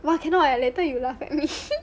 !wah! cannot leh later you laugh at me